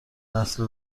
نسل